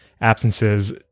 absences